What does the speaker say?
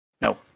No